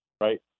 right